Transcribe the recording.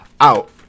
out